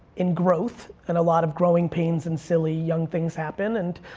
in growth and a lot of growing pains and silly young things happen and